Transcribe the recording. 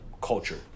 culture